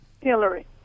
Hillary